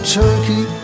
turkey